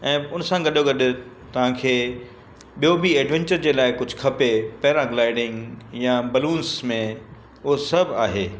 ऐं हुन सां गॾोगॾु तव्हांखे ॿियो बि एडवेंचर जे लाइ कुझु खपे पेराग्लाइडिंग या बलूंस में उहो सभु आहे